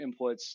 inputs